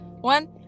one